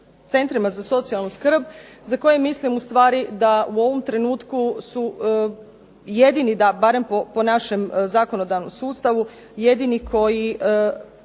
centrima za socijalnu skrb, za koje mislim ustvari da u ovom trenutku su jedini po našem zakonodavnom sustavu jedini koji